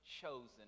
chosen